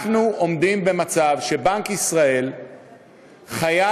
אנחנו עומדים במצב שבנק ישראל חייב